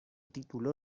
título